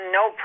no